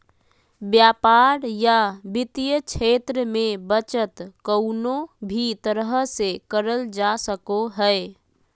व्यापार या वित्तीय क्षेत्र मे बचत कउनो भी तरह से करल जा सको हय